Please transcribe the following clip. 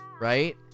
Right